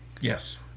Yes